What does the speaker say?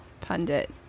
pundit